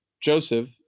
Joseph